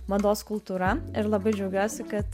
mados kultūra ir labai džiaugiuosi kad